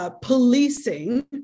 Policing